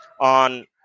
on